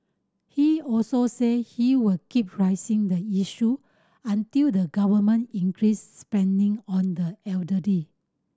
he also said he would keep raising the issue until the Government increased spending on the elderly